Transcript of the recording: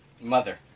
Mother